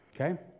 Okay